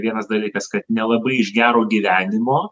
vienas dalykas kad nelabai iš gero gyvenimo